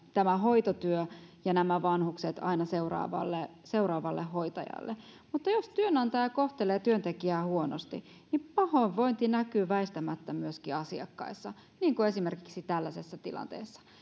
tämä hoitotyö ja nämä vanhukset seuraavalle seuraavalle hoitajalle mutta jos työnantaja kohtelee työntekijää huonosti niin pahoinvointi näkyy väistämättä myöskin asiakkaissa niin kuin esimerkiksi tällaisessa tilanteessa että